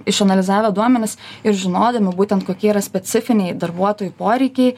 išanalizavę duomenis ir žinodami būtent kokie yra specifiniai darbuotojų poreikiai